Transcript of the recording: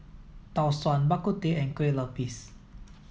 Tau Suan Bak Kut Teh and Kueh Lupis